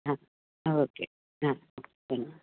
हां ओके हां धन्यवाद